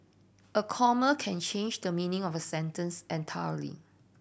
a comma can change the meaning of a sentence entirely